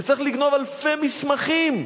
וצריך לגנוב אלפי מסמכים,